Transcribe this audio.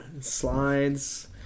Slides